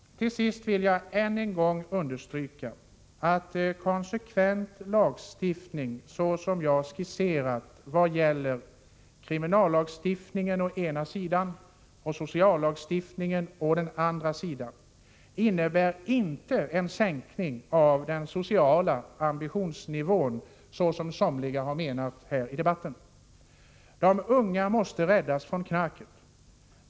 Till sist vill jag än en gång understryka att en konsekvent lagstiftning av det slag som jag nu skisserat vad gäller kriminallagstiftningen å den ena sidan och sociallagstiftningen å den andra inte innebär en sänkning av den sociala ambitionsnivån, vilket somliga har menat här i debatten. De unga måste räddas från knarket!